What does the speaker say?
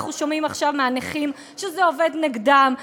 אנחנו שומעים עכשיו מהנכים שזה עובד נגדם,